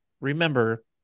remember